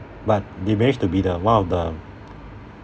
but they managed to be the one of the